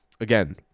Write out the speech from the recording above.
again